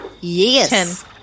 yes